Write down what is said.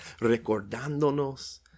recordándonos